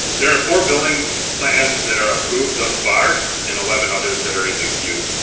there are four building plans that are approved thus far and eleven others that are in the queue.